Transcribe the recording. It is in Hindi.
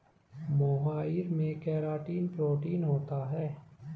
मोहाइर में केराटिन प्रोटीन होता है